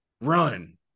Run